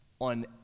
on